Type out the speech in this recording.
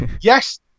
yes